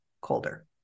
colder